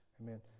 Amen